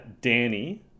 Danny